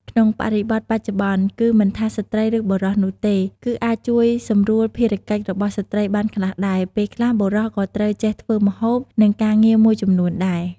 ក្នុងបរិបទបច្ចុប្បន្ន គឺមិនថាស្រ្តីឬបុរសនោះទេ គឺអាចជួយសម្រួលភារកិច្ចរបស់ស្ត្រីបានខ្លះដែរ ពេលខ្លះបុរសក៏ត្រូវចេះធ្វើម្ហូប និងការងារមួយចំនួនដែរ។